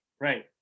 right